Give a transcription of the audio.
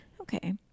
Okay